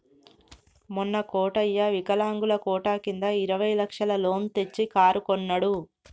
మొన్న కోటయ్య వికలాంగుల కోట కింద ఇరవై లక్షల లోన్ తెచ్చి కారు కొన్నడు